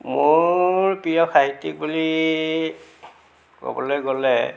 মোৰ প্ৰিয় সাহিত্য়িক বুলি ক'বলৈ গ'লে